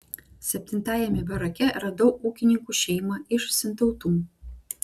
septintajame barake radau ūkininkų šeimą iš sintautų